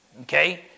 okay